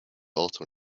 also